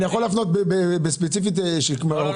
אני יכול להפנות ספציפית למקרים.